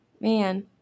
Man